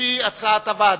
לפי הצעת הוועדה.